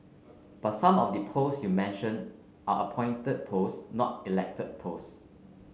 but some of the pose you mentioned are appointed pose not elected pose